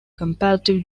comparative